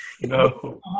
no